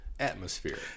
Atmosphere